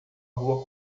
rua